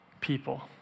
people